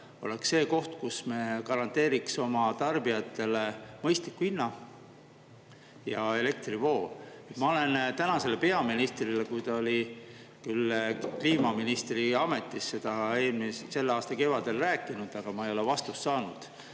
oleks see koht, kus me garanteeriks oma tarbijatele mõistliku hinna ja elektrivoo. Ma olen tänasele peaministrile, kui ta oli kliimaministri ametis, seda selle aasta kevadel rääkinud, aga ma ei ole vastust saanud.